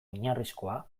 oinarrizkoa